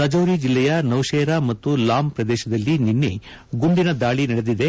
ರಜೌರಿ ಜಿಲ್ಲೆಯ ನೌಶೇರಾ ಮತ್ತು ಲಾಮ್ ಪ್ರದೇಶದಲ್ಲಿ ನಿನ್ನೆ ಗುಂಡಿನ ದಾಳಿ ನಡೆದಿದೆ